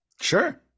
sure